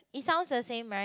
it sounds the same right